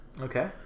okay